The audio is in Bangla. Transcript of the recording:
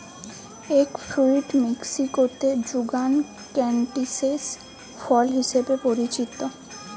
এগ ফ্রুইট মেক্সিকোতে যুগান ক্যান্টিসেল ফল হিসেবে পরিচিত